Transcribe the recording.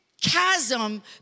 chasm